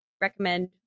recommend